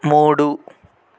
మూడు